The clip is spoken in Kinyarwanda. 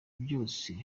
byose